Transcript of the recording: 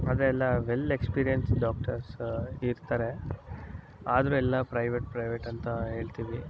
ಆದರೆ ಎಲ್ಲ well experience doctors ಇರ್ತಾರೆ ಆದರೂ ಎಲ್ಲ ಪ್ರೈವೇಟ್ ಪ್ರೈವೇಟ್ ಅಂತ ಹೇಳ್ತೀವಿ